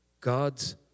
God's